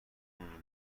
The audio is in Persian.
اون